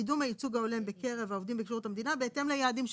לקידום הייצוג ההולם בקרב העובדים בשירות המדינה בהתאם ליעדים שתקבע.